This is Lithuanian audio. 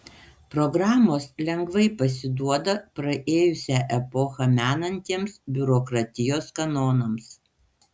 programos lengvai pasiduoda praėjusią epochą menantiems biurokratijos kanonams